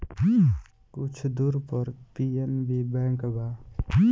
कुछ दूर पर पी.एन.बी बैंक बा